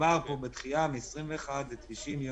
מדובר פה בדחייה מ-21 ל-90 יום.